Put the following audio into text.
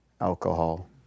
alcohol